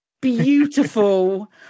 beautiful